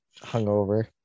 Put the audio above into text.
hungover